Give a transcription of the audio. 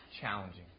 challenging